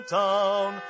town